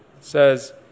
says